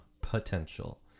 potential